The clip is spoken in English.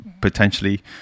potentially